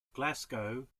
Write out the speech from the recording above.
glasgow